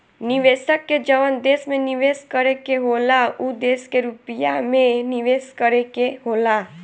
निवेशक के जवन देश में निवेस करे के होला उ देश के रुपिया मे निवेस करे के होला